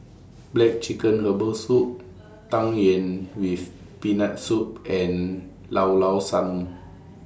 Black Chicken Herbal Soup Tang Yuen with Peanut Soup and Llao Llao Sanum